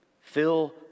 fill